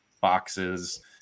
boxes